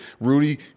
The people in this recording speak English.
Rudy